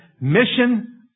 Mission